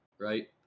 right